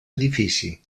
edifici